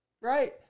right